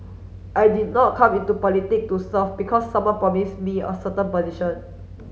I did not come into politic to serve because someone promise me a certain position